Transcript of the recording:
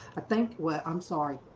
i think what i'm sorry,